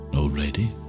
Already